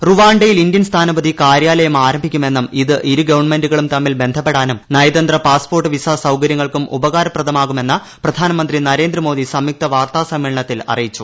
റുവാ യിൽ ഇന്ത്യൻ സ്ഥാനപതി കാര്യാലയം ആരംഭിക്കുമെന്നും ഇത് ഇരു ഗവൺമെന്റുകളും തമ്മിൽ ബ്രസ്പ്പെടാനും നയതന്ത്ര പാസ്പോർട്ട് വിസ സൌകര്യങ്ങൾക്കും ഉപകാരപ്രദമാകുമെന്ന് പ്രധാനമന്തി നരേന്ദ്രമോദി സംയുക്ത് വാർത്താ സമ്മേളനത്തിൽ അറിയിച്ചു